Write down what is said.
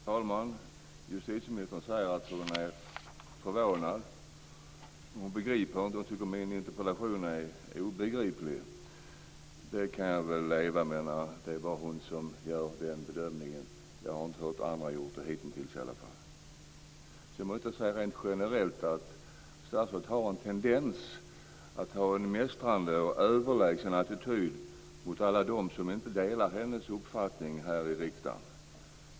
Fru talman! Justitieministern säger att hon är förvånad. Hon tycker att min interpellation är obegriplig. Det kan jag väl leva med. Det är bara hon som gör den bedömningen. Jag har hitintills inte hört någon annan göra den bedömningen. Rent generellt har statsrådet en tendens att ha en mästrande och överlägsen attityd mot alla dem som inte delar hennes uppfattning i riksdagen.